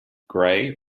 gray